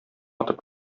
атып